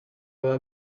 baba